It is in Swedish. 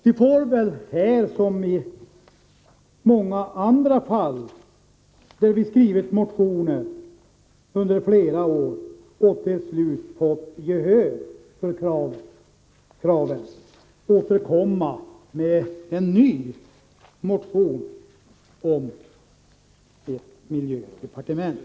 Vi får väl här som i många andra fall där vi skrivit motioner under flera år — och till slut fått gehör för kraven — återkomma med en ny motion om ett miljödepartement.